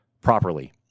properly